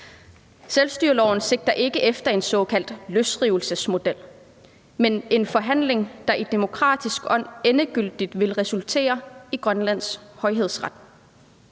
Selvstyreloven sigter ikke efter en såkaldt løsrivelsesmodel, men en forhandling, der i demokratisk ånd endegyldigt vil resultere i Grønlands højhedsret.